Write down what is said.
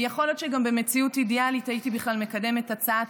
יכול להיות שגם במציאות אידיאלית הייתי בכלל מקדמת הצעת